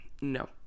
No